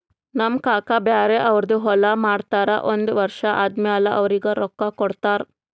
ನಮ್ ಕಾಕಾ ಬ್ಯಾರೆ ಅವ್ರದ್ ಹೊಲಾ ಮಾಡ್ತಾರ್ ಒಂದ್ ವರ್ಷ ಆದಮ್ಯಾಲ ಅವ್ರಿಗ ರೊಕ್ಕಾ ಕೊಡ್ತಾರ್